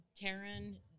Taryn